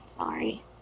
Sorry